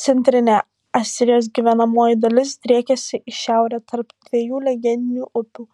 centrinė asirijos gyvenamoji dalis driekėsi į šiaurę tarp dviejų legendinių upių